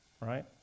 right